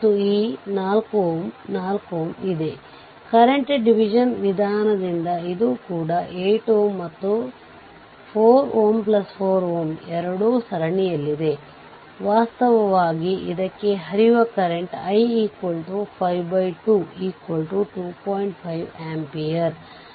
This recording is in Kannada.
ಈಗ K V L ನ್ನು ಅನ್ವಯಿಸಬೇಕು 2 i VThevenin 16 0 i 16 VThevenin 2 ಆಗಿದೆ ಈ ನೋಡ್ ಈ ಟರ್ಮಿನಲ್ ಗೆ ಹೋಗುವ ವಿದ್ಯುತ್ ಪ್ರವಾಹ i ಆಗಿದೆ ಇದರರ್ಥ ಈ ನೋಡ್ ನಲ್ಲಿ K C L ಅನ್ನು ಅನ್ವಯಿಸಬಹುದು